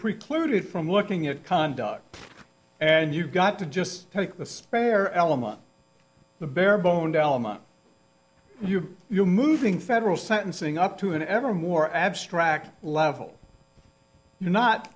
precluded from looking at conduct and you've got to just have this rare element barebone delma you you're moving federal sentencing up to an ever more abstract level not